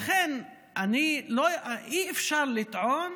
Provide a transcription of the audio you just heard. לכן אי-אפשר לטעון